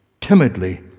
timidly